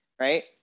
right